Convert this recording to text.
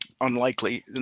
unlikely